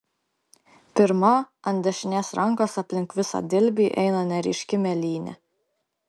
pirma ant dešinės rankos aplink visą dilbį eina neryški mėlynė